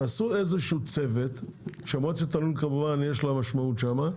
תעשו איזשהו צוות שלמועצת הלול כמובן יש שם משמעות,